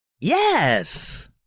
Yes